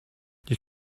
you